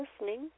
listening